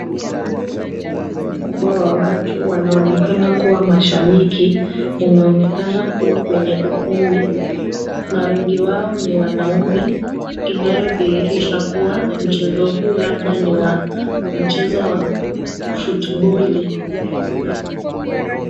Umati mkubwa wa watu wanaoonekana kuwa mashabiki unaonekana kuwa kwenye ukumbi na wengi wao ni wanaume, inayodhihirisha kuwa mchezo huu labda ni wa football .